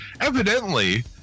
Evidently